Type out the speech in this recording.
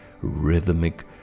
rhythmic